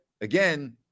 again